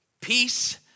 Peace